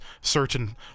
Certain